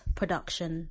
production